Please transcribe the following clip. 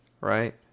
Right